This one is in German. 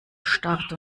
start